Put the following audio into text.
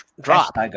drop